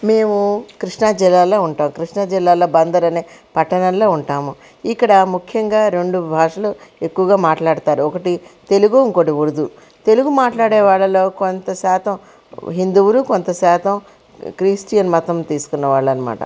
మేము కృష్ణా జిల్లాలో ఉంటాం కృష్ణా జిల్లాలో బందరు అనే పట్టణంలో ఉంటాము ఇక్కడ ముఖ్యంగా రెండు భాషలు ఎక్కువుగా మాట్లాడుతారు ఒకటి తెలుగు ఇంకోటి ఉర్దూ తెలుగు మాట్లాడే వాళ్ళలో కొంత శాతం హిందువులు కొంత శాతం క్రిష్టియన్ మతం తీసుకున్న వాళ్ళు అన్నామాట